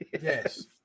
Yes